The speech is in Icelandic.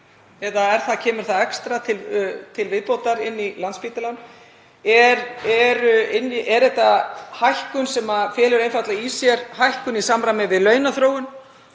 eða er það extra til viðbótar inn í Landspítalann? Er þetta hækkun sem felur einfaldlega í sér hækkun í samræmi við launaþróun